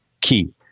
key